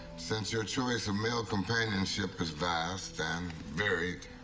since your choice of male companionship is vast and varied,